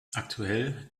aktuell